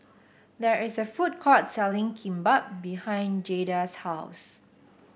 there is a food court selling Kimbap behind Jaida's house